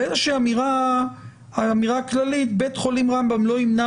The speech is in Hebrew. ואיזושהי אמירה כללית: בית חולים רמב"ם לא ימנע